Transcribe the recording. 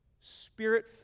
Spirit